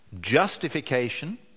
justification